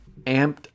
amped